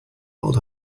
old